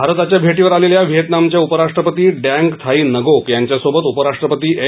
भारताच्या भेटीवर आलेल्या व्हिएतनामच्या उपराष्ट्रपती डँग थाई नगोक यांच्यासोबत उपराष्ट्रपती एम